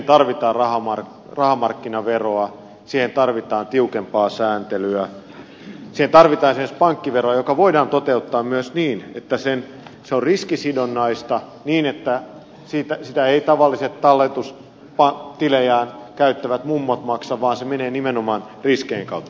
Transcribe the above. siihen tarvitaan rahamarkkinaveroa siihen tarvitaan tiukempaa sääntelyä siihen tarvitaan esimerkiksi pankkiveroa joka voidaan toteuttaa myös niin että se on riskisidonnaista niin että sitä eivät tavalliset talletustilejään käyttävät mummot maksa vaan se menee nimenomaan riskien kautta